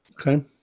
Okay